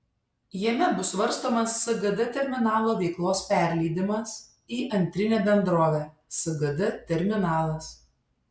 jame bus svarstomas sgd terminalo veiklos perleidimas į antrinę bendrovę sgd terminalas